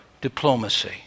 Diplomacy